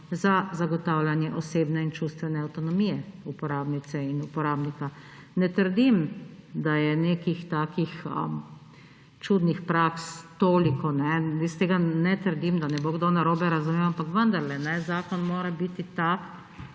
za zagotavljanje osebne in čustvene avtonomije uporabnice in uporabnika. Ne trdim, da je nekih takih čudnih praks toliko. Jaz tega ne trdim, da ne bo kdo narobe razumel, ampak vendarle zakon mora biti tak,